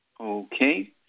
Okay